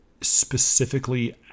specifically